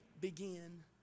begin